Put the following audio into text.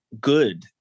good